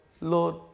Lord